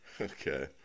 okay